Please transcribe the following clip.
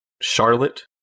Charlotte